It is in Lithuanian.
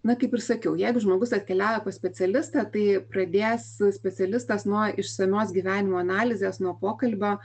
na kaip ir sakiau jeigu žmogus atkeliauja pas specialistą tai pradės specialistas nuo išsamios gyvenimo analizės nuo pokalbio